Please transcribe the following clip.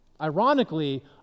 Ironically